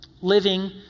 living